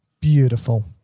Beautiful